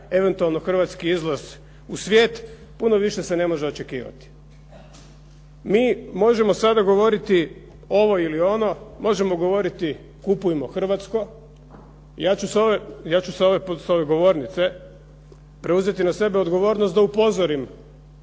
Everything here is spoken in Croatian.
eventualno hrvatski izlaz u svijet, puno više se ne može očekivati. Mi možemo sada govoriti ovo ili ono, možemo govoriti kupujmo hrvatsko. Ja ću s ove govornice preuzeti na sebe odgovornost da upozorim